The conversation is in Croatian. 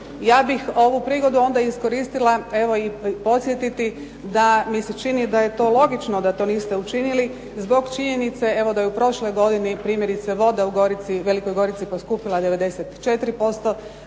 Ja bih ovu prigodu onda iskoristila, evo i podsjetiti da mi se čini da je to logično da to niste učinili zbog činjenice, evo da je u prošloj godini primjerice voda u Velikoj Gorici poskupila 94%,